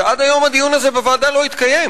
ועד היום הדיון הזה בוועדה לא התקיים.